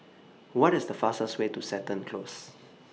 What IS The fastest Way to Seton Close